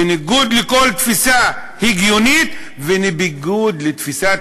בניגוד לכל תפיסה הגיונית ובניגוד לתפיסת